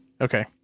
Okay